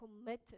committed